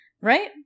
right